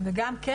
וגם כן,